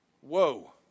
whoa